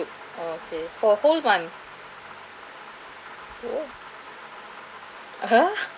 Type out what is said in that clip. oh okay for a whole month oh ah ha